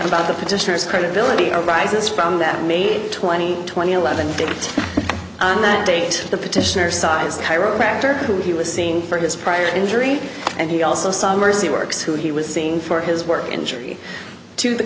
about the petitioners credibility arises from that maybe twenty twenty a lot of that date the petitioner size chiropractor who he was seeing for his prior injury and he also saw mercy works who he was seeing for his work injury to the